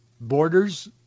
Borders